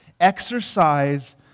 exercise